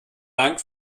lang